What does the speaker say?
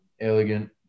elegant